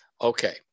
Okay